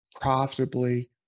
profitably